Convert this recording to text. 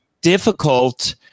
difficult